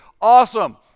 Awesome